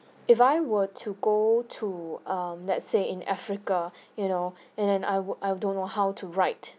if I were to go to um let's say in africa you know and then I would I don't know how to write